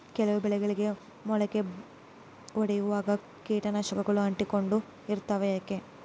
ಕೆಲವು ಬೆಳೆಗಳಿಗೆ ಮೊಳಕೆ ಒಡಿಯುವಾಗ ಕೇಟನಾಶಕಗಳು ಅಂಟಿಕೊಂಡು ಇರ್ತವ ಯಾಕೆ?